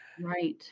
right